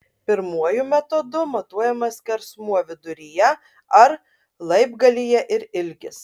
pirmuoju metodu matuojamas skersmuo viduryje ar laibgalyje ir ilgis